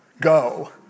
go